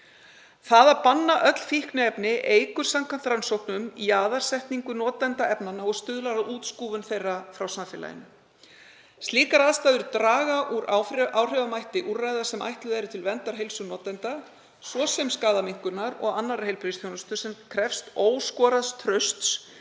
Það að banna öll fíkniefni eykur, samkvæmt rannsóknum, jaðarsetningu notenda efnanna og stuðlar að útskúfun þeirra frá samfélaginu. Slíkar aðstæður draga úr áhrifamætti úrræða sem ætluð eru til verndar heilsu notenda, svo sem skaðaminnkunar og annarrar heilbrigðisþjónustu sem krefst óskoraðs trausts